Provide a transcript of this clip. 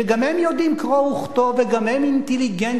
שגם הם יודעים קרוא וכתוב וגם הם אינטליגנטים,